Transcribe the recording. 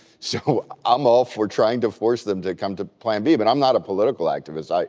so i'm all for trying to force them to come to plan b but i'm not a political activist. like